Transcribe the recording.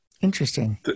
Interesting